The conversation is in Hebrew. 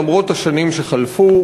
למרות השנים שחלפו,